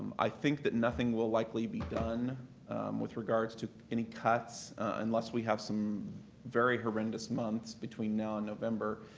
i think that nothing will likely be done with regards to any cuts unless we have some very horrendous months between now and november.